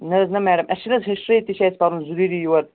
نہ حٲز نہ میٚڈم اَسہِ چھِنہ حٲز ہسٹری تہِ چھُ اَسہِ پَرُن ضروٗری یورٕ